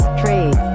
trade